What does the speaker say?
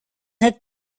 had